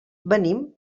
venim